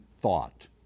thought